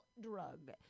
drug